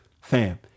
fam